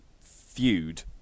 feud